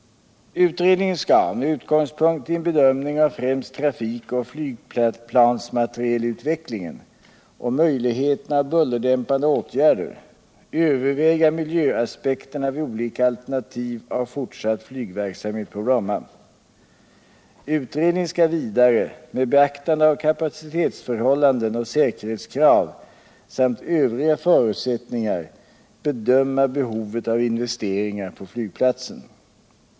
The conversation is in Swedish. Utredningen skall med utgångspunkt i en bedömning av främst trafikoch flygplansmaterielutvecklingen och möjligheterna till bullerdämpande åtgärder överväga miljöaspekterna vid olika alternativ av fortsatt flygverksamhet på Bromma. Utredningen skall vidare med beaktande av kapacitetsförhållanden och säkerhetskrav samt övriga förutsättningar bedöma behovet av investeringar på flygplatsen.